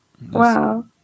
wow